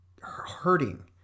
hurting